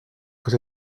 que